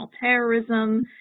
terrorism